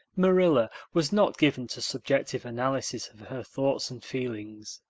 marilla was not given to subjective analysis of her thoughts and feelings.